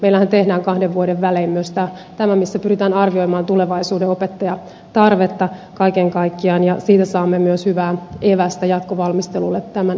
meillähän tehdään kahden vuoden välein myös tämä missä pyritään arvioimaan tulevaisuuden opettajatarvetta kaiken kaikkiaan ja siitä saamme myös hyvää evästä jatkovalmistelulle tämän osalta